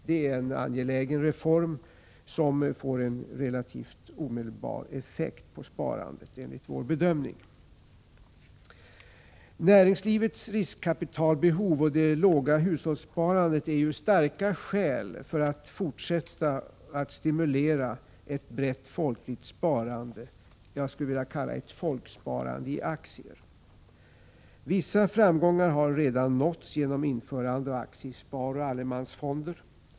Det är en angelägen reform, som enligt vår bedömning får en relativt omedelbar effekt på sparandet. Näringslivets riskkapitalbehov och det låga hushållssparandet är starka skäl för att fortsätta att stimulera ett brett folkligt sparande — ett folksparande —- i aktier. Vissa framgångar har redan nåtts genom införandet av aktiesparoch allemansfonder.